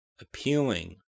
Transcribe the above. appealing